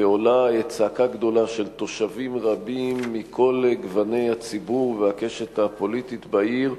ועולה צעקה גדולה של תושבים רבים מכל גוני הציבור והקשת הפוליטית בעיר,